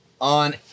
on